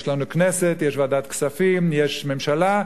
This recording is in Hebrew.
יש לנו כנסת, יש ועדת כספים, יש ממשלה.